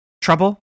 trouble